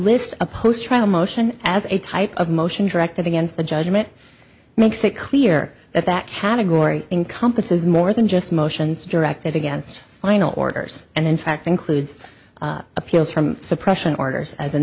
list a post trial motion as a type of motion directed against the judgment makes it clear that that category encompasses more than just motions directed against final orders and in fact includes appeals from suppression orders as in